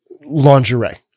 lingerie